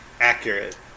Accurate